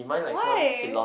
why